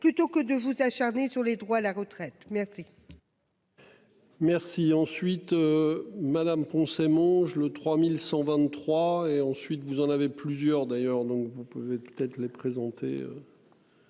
plutôt que de vous acharner sur les droits à la retraite. Merci. Merci ensuite. Madame Poncet mange le 3123 et ensuite, vous en avez plusieurs d'ailleurs, donc vous pouvez peut-être les présenter.